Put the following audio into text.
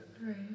Right